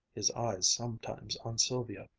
his eyes sometimes on sylvia,